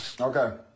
Okay